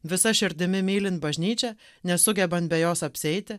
visa širdimi mylint bažnyčią nesugebant be jos apsieiti